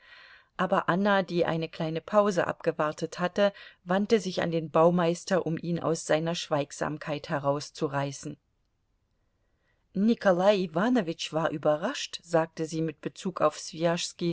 aber anna die eine kleine pause abgewartet hatte wandte sich an den baumeister um ihn aus seiner schweigsamkeit herauszureißen nikolai iwanowitsch war überrascht sagte sie mit bezug auf